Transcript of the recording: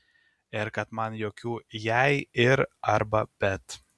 ir kad man jokių jei ir arba bet